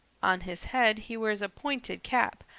on his head he wears a pointed cap,